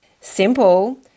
Simple